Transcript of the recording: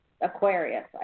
Aquarius